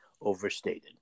overstated